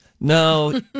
No